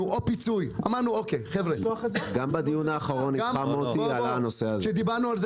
פיצוי -- גם בדיון האחרון עלה הנושא הזה.